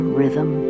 rhythm